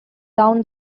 down